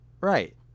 Right